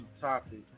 topic